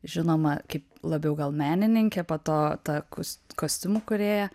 žinomą kaip labiau gal menininkę po to tą kos kostiumų kūrėją